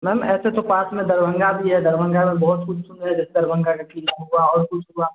ma'am ऐसे तो पास में दरभंगा भी है दरभंगा में बहुत कुछ जैसे दरभंगा का क़िला हुआ और कुछ हुआ